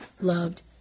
loved